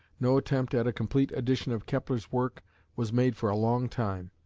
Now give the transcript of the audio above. no attempt at a complete edition of kepler's works was made for a long time.